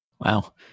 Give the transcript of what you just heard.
Wow